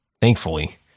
Thankfully